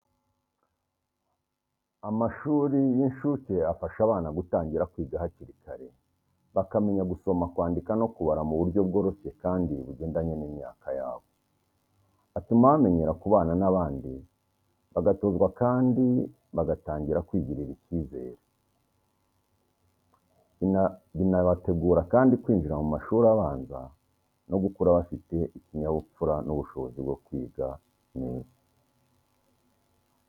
Amashuri y’incuke afasha abana gutangira kwiga hakiri kare, bakamenya gusoma, kwandika no kubara mu buryo bworoshye kandi bugendanye n’ imyaka yabo. Atuma bamenyera kubana n’abandi bagatozwa kandi bagatangira kwigirira icyizere. Binabategura kandi kwinjira mu mashuri abanza no gukura bafite ikinyabupfura n’ubushobozi bwo kwiga neza.